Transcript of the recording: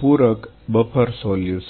પૂરક buffer solution